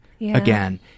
again